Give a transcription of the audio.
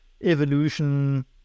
evolution